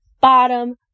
bottom